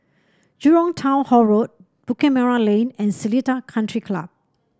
Jurong Town Hall Road Bukit Merah Lane and Seletar Country Club